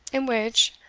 in which,